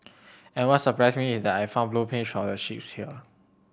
and what surprised me was that I found blueprints for the ships here